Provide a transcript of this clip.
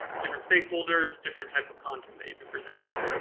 different stakeholders, different type of content that you'd be presenting.